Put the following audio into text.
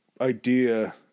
idea